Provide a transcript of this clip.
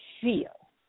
feel